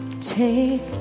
take